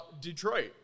Detroit